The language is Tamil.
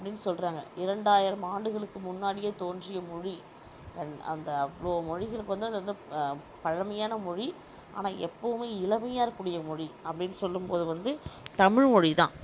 அப்படினு சொல்கிறாங்க இரண்டாயிரம் ஆண்டுகளுக்கு முன்னாடியே தோன்றிய மொழி அந் அந்த அவ்வளோ மொழிகளுக்கு வந்து அது வந்து பழமையான மொழி ஆனால் எப்போவுமே இளமையாக இருக்கக்கூடிய மொழி அப்படினு சொல்லும் போது வந்து தமிழ் மொழிதான்